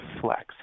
flex